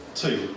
two